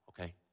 okay